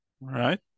right